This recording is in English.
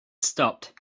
stopped